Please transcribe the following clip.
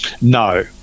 No